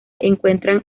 encuentran